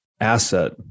asset